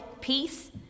peace